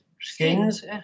skins